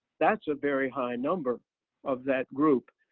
that's a very high number of that group,